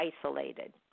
isolated